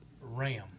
Ram